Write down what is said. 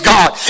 God